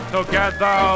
Together